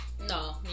No